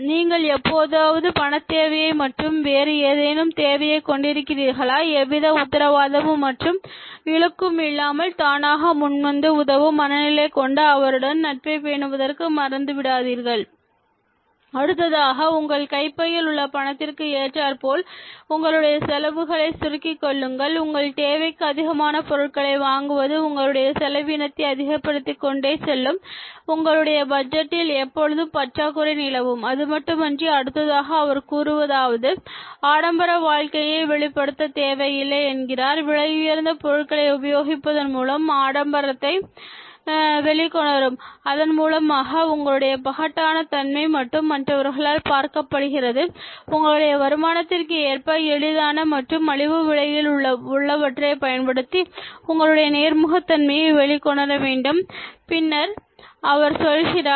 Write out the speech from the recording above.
நீங்கள் எப்பொழுது பணத்தேவையை மற்றும் வேறு ஏதேனும் தேவையை கொண்டிருக்கிறீர்களோ எந்தவித உத்தரவாதம் மற்றும் இழுக்கும் இல்லாமல் தானாக முன்வந்து உதவும் மனநிலை கொண்ட அவருடன் நட்பை பேணுவதை மறந்துவிடாதீர்கள் அடுத்ததாக உங்கள் கைப்பையில் உள்ள பணத்திற்கு ஏற்றார்போல் உங்களுடைய செலவுகளை சுருக்கிக் கொள்ளுங்கள் உங்கள் தேவைக்கு அதிகமான பொருட்களை வாங்குவது உங்களுடைய செலவினத்தை அதிகப்படுத்திக் கொண்டே செல்லும் உங்களுடைய பட்ஜெட்டில் எப்பொழுதும் பற்றாக்குறை நிலவும் அதுமட்டுமின்றி அடுத்ததாக அவர் கூறுவது ஆடம்பர வாழ்க்கையை வெளிப்படுத்த தேவையில்லை என்கிறார் விலை உயர்ந்த பொருட்களை உபயோகிப்பதன் மூலம் ஆடம்பரத்தை வெளிக்கொணரும் அதன் மூலமாக உங்களுடைய பகட்டான தன்மை மட்டுமே மற்றவர்களால் பார்க்கப்படுகிறது உங்களுடைய வருமானத்திற்கு ஏற்ப எளிதான மற்றும் மலிவு விலையில் உள்ளவற்றை பயன்படுத்தி உங்களுடைய நேர்முகத் தன்மையை வெளிக்கொணரவேண்டும் பின்னர் அவர் சொல்கிறார்